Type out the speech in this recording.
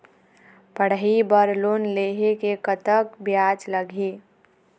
पढ़ई बर लोन लेहे ले कतक ब्याज लगही?